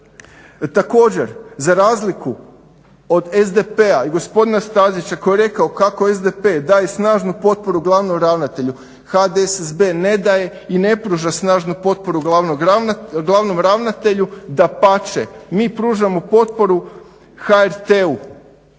Također, za razliku od SDP-a i gospodina Stazića koji je rekao kako SDP daje snažnu potporu glavnom ravnatelju, HDSSB ne daje i pruža snažnu potporu glavnom ravnatelju, dapače mi pružamo potporu HRT-u,